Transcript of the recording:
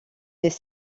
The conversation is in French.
des